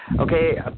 Okay